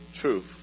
truth